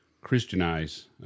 Christianize